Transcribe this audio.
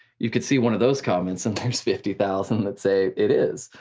you could see one of those comments, and there's fifty thousand that say it is,